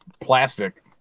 plastic